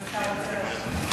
סדר-היום.